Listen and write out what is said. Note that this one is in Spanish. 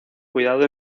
cuidado